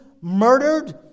murdered